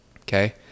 okay